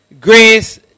Grace